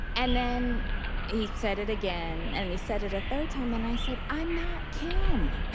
and then he said it again, and he said it a third time, and i said, i'm not kim.